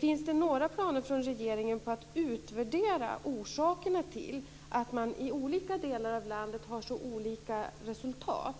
Finns det några planer från regeringen på att utvärdera orsakerna till att man i olika delar av landet har så olika resultat?